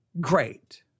great